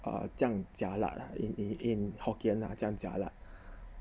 uh 这样 jialat lah in in hokkien la 这样 jialat